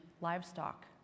livestock